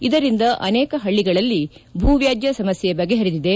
ಇದರಿಂದ ಅನೇಕ ಪಳ್ಳಗಳಲ್ಲಿ ಭೂ ವ್ಕಾಜ್ಯ ಸಮಸ್ಕೆ ಬಗೆಪರಿದಿದೆ